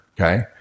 okay